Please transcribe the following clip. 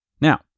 Now